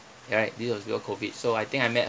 right this was before COVID so I think I met